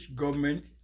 government